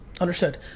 Understood